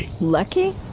Lucky